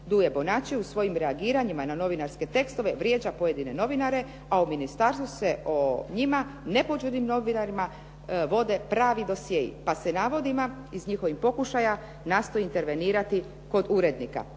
Duje Bonači u svojim reagiranjima na novinarske tekstove vrijeđa pojedine novinare, a u ministarstvu se o njima nepoćudnim novinarima vode pravi dosjei. Pa se navodima iz njihovih pokušaja nastoji intervenirati kod urednika.